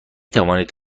توانید